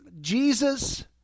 Jesus